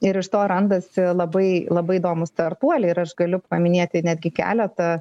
ir iš to randasi labai labai įdomūs startuoliai ir aš galiu paminėti netgi keletą